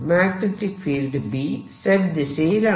magnetic field B Z ദിശയിലാണ്